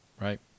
right